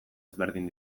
ezberdin